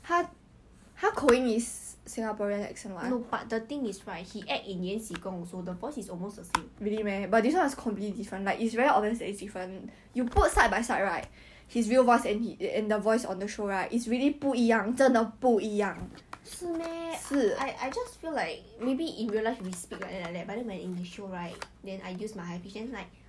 没有这样 lah err is is like purposely ah err I guess but whatever I think 叶非墨 very handsome 他身体又壮他的脸又帅